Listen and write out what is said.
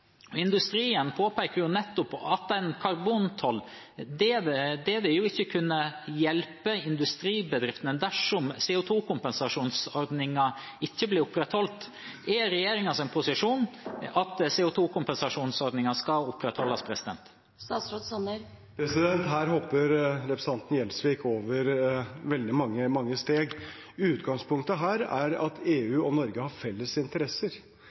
en karbontoll ikke vil kunne hjelpe industribedriftene dersom CO 2 -kompensasjonsordningen ikke blir opprettholdt. Er regjeringens posisjon at CO 2 -kompensasjonsordningen skal opprettholdes? Her hopper representanten Gjelsvik over veldig mange steg. Utgangspunktet her er at EU og Norge har felles interesser.